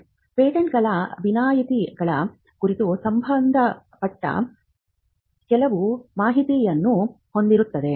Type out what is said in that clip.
ಪೇಟೆಂಟ್ಗಳ ವಿನಾಯಿತಿಗಳ ಕುರಿತು ಸಂಬಂಧಪಟ್ಟ ಕೆಲವು ಮಾಹಿತಿಯನ್ನು ಹೊಂದಿರುತ್ತದೆ